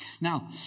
Now